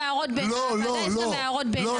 יש גם הערות ביניים.